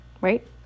Right